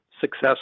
success